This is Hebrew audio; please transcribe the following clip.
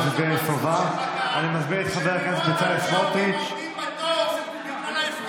איך אתה לא מתבייש להראות את הפרצוף שלך כאן,